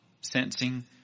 sensing